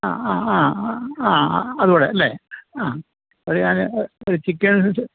ആ ആ ആ ആ ആ അതുകൂടെ അല്ലേ ആ അത് ഞാൻ ഒരു ചിക്കൻ